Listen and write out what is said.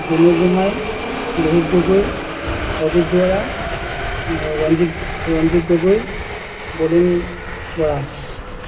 Junu Gohain Lohit Gogoi Ajit Duwara Ranjit Ranjit Gogoi Bolin Bora